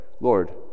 Lord